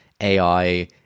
ai